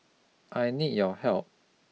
I need your help